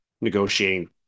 negotiating